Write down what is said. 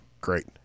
Great